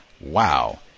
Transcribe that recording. wow